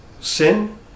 Sin